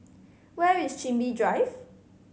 where is Chin Bee Drive